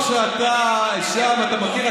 אני בטוח שאתה מכיר.